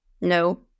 No